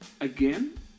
Again